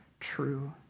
true